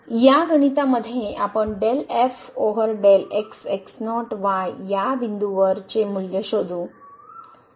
या गणितामध्ये आपण del ओवर del या बिंदूवर चे मूल्य शोधू